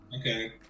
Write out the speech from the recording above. Okay